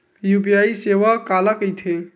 UPI सेवा काला कइथे?